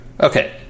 Okay